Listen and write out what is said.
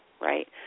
right